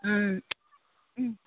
ꯎꯝ ꯎꯝ